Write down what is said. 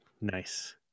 Nice